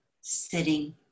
sitting